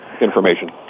Information